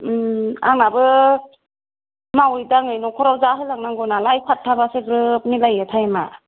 आंनाबो मावै दाङै न'खराव जाहो लांनांगौ नालाय सातथाबासो ग्रोब मिलायो टाइमा